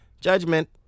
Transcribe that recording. Judgment